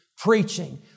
preaching